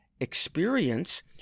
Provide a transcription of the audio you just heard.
experience